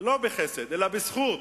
לא בחסד, אלא בזכות.